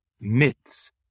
myths